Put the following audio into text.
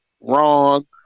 Wrong